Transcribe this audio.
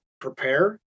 prepare